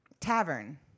Tavern